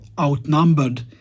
outnumbered